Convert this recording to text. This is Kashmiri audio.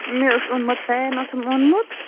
مےٚ اوس اوٚنمُت فین اوسُم اوٚنمُت